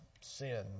sin